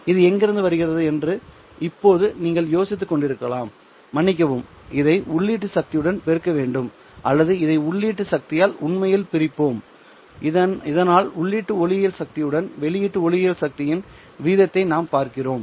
இது எங்கிருந்து வருகிறது என்று இப்போது நீங்கள் யோசித்துக்கொண்டிருக்கலாம் மன்னிக்கவும் இதை உள்ளீட்டு சக்திகளுடன் பெருக்க வேண்டும் அல்லது இதை உள்ளீட்டு சக்தியால் உண்மையில் பிரிப்போம் இதனால் உள்ளீட்டு ஒளியியல் சக்தியுடன் வெளியீட்டு ஒளியியல் சக்தியின் விகிதத்தை நாம் பார்க்கிறோம்